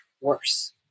worse